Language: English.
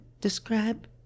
describe